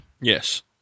Yes